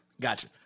Gotcha